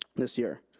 this year.